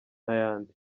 n’ayandi